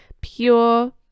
pure